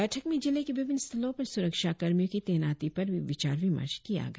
बैठक में जिले के विभिन्न स्थलों पर सुरक्षा कर्मियों की तैनाती पर भी विचार विमर्श किया गया